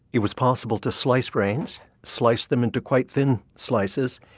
it was possible to slice brains, slice them into quite thin slices.